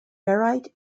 ferrite